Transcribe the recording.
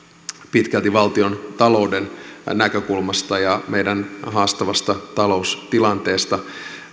pitkälti valtiontalouden näkökulmasta ja meidän haastavasta taloustilanteestamme